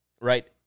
Right